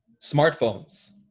smartphones